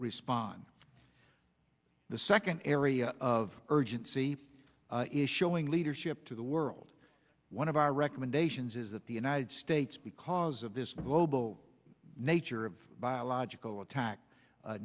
respond the second area of urgency is showing leadership to the world one of our recommendations is that the united states because of this global nature of biological attack